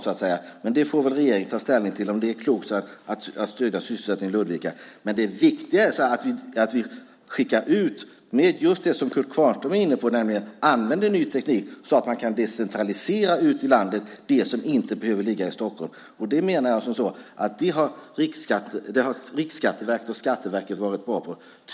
Men regeringen får väl ta ställning till om det är klokt att stödja sysselsättningen i Ludvika. Det viktiga är att vi skickar ut just det som Kurt Kvarnström var inne på, nämligen att använda ny teknik så att man kan decentralisera det som inte behöver ligga i Stockholm ut i landet. Jag menar att Riksskatteverket och Skatteverket har varit bra på detta.